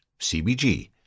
CBG